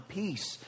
peace